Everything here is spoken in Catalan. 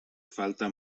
falta